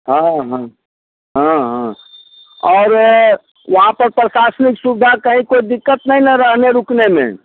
हाँ हाँ हाँ हाँ और वहाँ पर प्रशासनिक सुविधा कहीं कोई दिक्कत नहीं रहने रुकने में